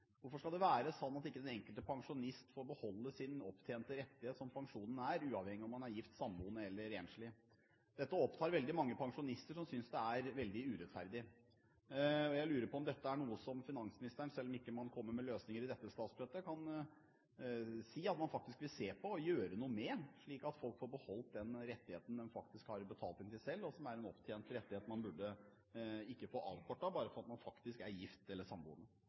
Hvorfor skal det være slik at den enkelte pensjonist ikke får beholde sin opptjente rettighet, som pensjonen er, uansett om man er gift, samboende eller enslig? Dette opptar veldig mange pensjonister, som synes det er veldig urettferdig. Jeg lurer på om dette er noe finansministeren – selv om han ikke kommer med løsninger i dette statsbudsjettet – kan si at han faktisk vil se på og gjøre noe med, slik at folk får beholde den rettigheten de har betalt inn til selv, og som er en opptjent rettighet man ikke burde få avkortet bare fordi man faktisk er gift eller samboende?